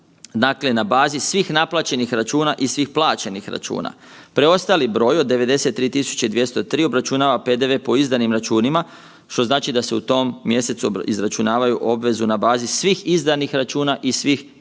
dakle na bazi svih naplaćenih računa i svih plaćenih računa. Preostali broj od 93.203 obračunava PDV po izdanim računima, što znači da se u tom mjesecu izračunavaju obvezu na bazi svih izdanih računa i svih primljenih računa,